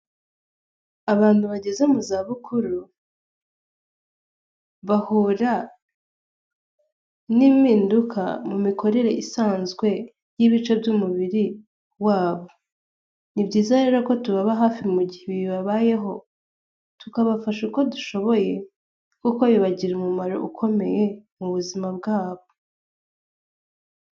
Abantu bageze mu za bukuru bahura n'impinduka mu mikorere isanzwe y'ibice by'umubiri wabo, ni byiza rero ko tubaba hafi mu gihe ibi bibabayeho tukabafasha uko dushoboye kuko bibagirira umumaro ukomeye mu buzima bwabo.